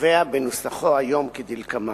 קובע בנוסחו היום, כדלקמן: